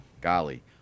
golly